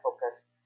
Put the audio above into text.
focus